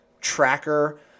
tracker